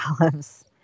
olives